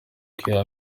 kwiha